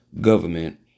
government